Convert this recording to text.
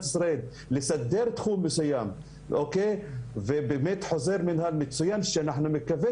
ישראל לסדר תחום מסוים בחוזר מנהל באמת מצוין שאני מקווה